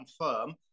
confirm